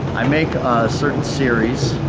i make a certain series